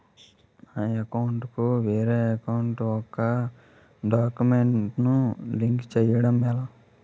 నా అకౌంట్ కు వేరే అకౌంట్ ఒక గడాక్యుమెంట్స్ ను లింక్ చేయడం ఎలా?